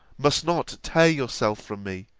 must not, tear yourself from me!